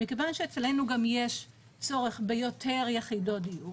מכיוון שאצלנו גם יש צורך ביותר יחידות דיור,